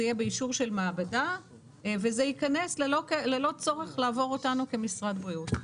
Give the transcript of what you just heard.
זה יהיה באישור של מעבדה וזה ייכנס ללא צורך לעבור אותנו כמשרד בריאות.